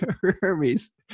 Hermes